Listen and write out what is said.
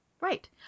Right